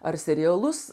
ar serialus